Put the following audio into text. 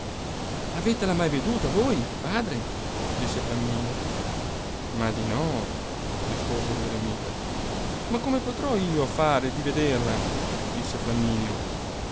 fuggono avetela mai veduta voi padre disse flamminio ma di no rispose lo eremita ma come potrò io fare di vederla disse flamminio